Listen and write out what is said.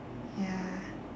ya